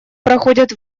проходят